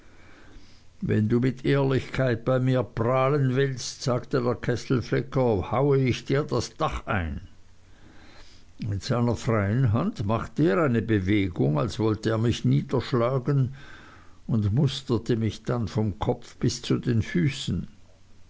wenn du mit ehrlichkeit bei mir prahlen willst sagte der kesselflicker haue ich dir das dach ein mit seiner freien hand machte er eine bewegung als wollte er mich niederschlagen und musterte mich dann vom kopf bis zu den füßen